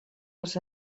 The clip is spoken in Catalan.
els